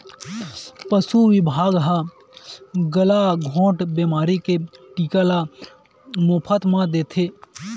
पसु बिभाग ह गलाघोंट बेमारी के टीका ल मोफत म देथे